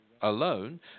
alone